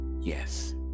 yes